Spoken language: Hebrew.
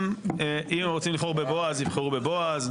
גם אם הם רוצים לבחור בבועז, יבחרו בבועז.